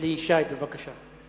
אלי ישי, בבקשה.